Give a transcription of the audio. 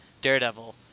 daredevil